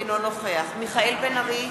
אינו נוכח מיכאל בן-ארי,